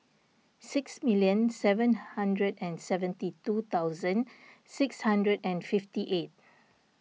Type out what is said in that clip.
six million seven hundred and seventy two thousand six hundred and fifty eight